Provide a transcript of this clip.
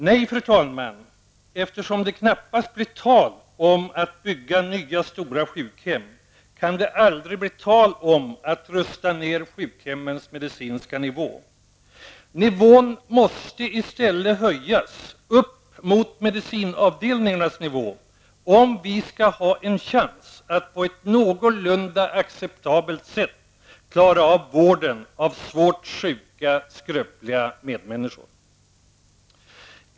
Nej, fru talman, eftersom det knappast blir tal om att bygga nya stora sjukhus, kan det aldrig bli tal om att rusta ner sjukhemmens medicinska nivå. Nivån måste i stället höjas upp till medicinavdelningarnas nivå, om vi skall ha en chans att på ett någorlunda acceptabelt sätt klara av vården av svårt sjuka och skröpliga medmänniskor.